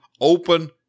open